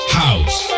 house